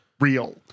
Real